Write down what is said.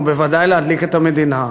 ובוודאי להדליק את המדינה.